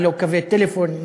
ללא קווי טלפון,